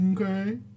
Okay